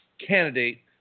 candidate